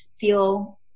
feel